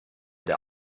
der